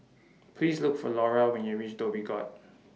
Please Look For Lara when YOU REACH Dhoby Ghaut